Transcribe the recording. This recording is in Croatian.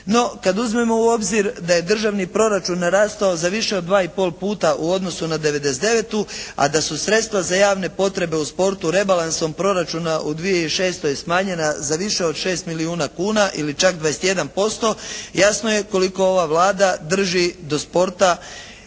no kad uzmemo u obzir da je državni proračun narastao za više od dva i pol puta u odnosu na '99., a da su sredstva za javne potrebe u sportu rebalansom proračuna u 2006. smanjena za više od 6 milijuna kuna ili čak 21% jasno je koliko ova Vlada drži do sporta